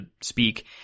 speak